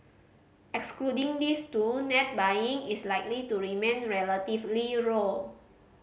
excluding these two net buying is likely to remain relatively low